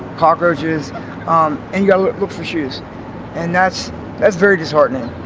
cockroaches and you gotta look for shoes and that's that's very disheartening.